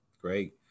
Great